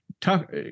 talk